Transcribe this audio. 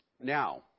Now